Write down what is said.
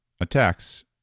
Attacks